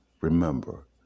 Remember